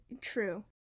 true